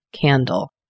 candle